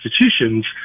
institutions